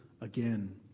again